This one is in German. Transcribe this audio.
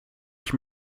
ich